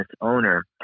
owner